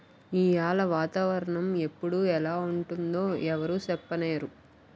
ఈయాల వాతావరణ ఎప్పుడు ఎలా ఉంటుందో ఎవరూ సెప్పనేరు